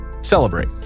celebrate